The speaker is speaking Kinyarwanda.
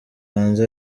hanze